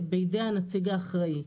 בידיי הנציג האחראי.